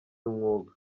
umwuga